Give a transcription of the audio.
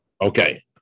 Okay